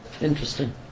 Interesting